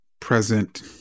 present